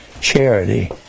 Charity